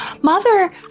Mother